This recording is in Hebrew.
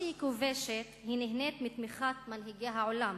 למרות שהיא כובשת, נהנית מתמיכת מנהיגי העולם,